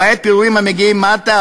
למעט פירורים המגיעים מטה,